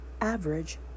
Average